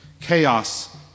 chaos